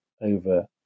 over